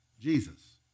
Jesus